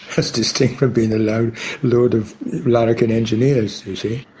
as distinct from being a load load of larrikin engineers, you see.